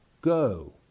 go